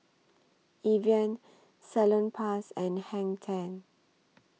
Evian Salonpas and Hang ten